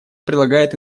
прилагает